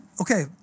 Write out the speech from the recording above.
okay